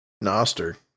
Noster